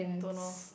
don't know